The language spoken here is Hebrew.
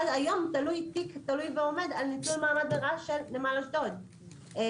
עד היום תלוי ועומד תיק על ניצול מעמד לרעה של נמל אשדוד בבית